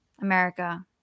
America